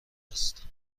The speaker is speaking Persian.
است